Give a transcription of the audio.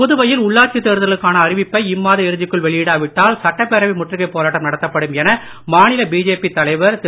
புதுவையில் உள்ளாட்சித் தேர்தலுக்கான அறிவிப்பை இம்மாத இறுதிக்குள் வெளியிடா விட்டால் சட்டப்பேரவை முற்றுகைப் போராட்டம் நடத்தப்படும் என மாநில பிஜேபி தலைவர் திரு